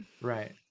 Right